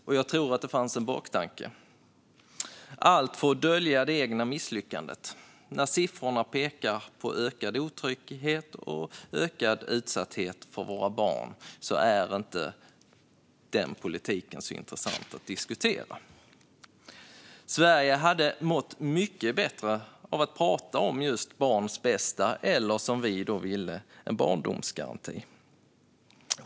Och jag tror att det fanns en baktanke: Man gjorde allt för att dölja det egna misslyckandet. När siffrorna pekar på ökad otrygghet och ökad utsatthet för våra barn är inte den politiken så intressant att diskutera. Sverige hade mått mycket bättre av att prata om just barns bästa, eller, som vi då ville, om en barndomsgaranti.